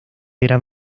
gran